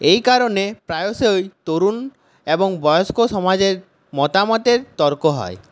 এই কারণে প্রায়শই তরুণ এবং বয়স্ক সমাজের মতামতের তর্ক হয়